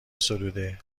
ستوده